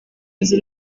nzu